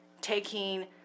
taking